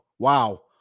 Wow